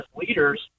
leaders